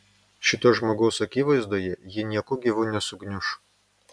šito žmogaus akivaizdoje ji nieku gyvu nesugniuš